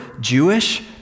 Jewish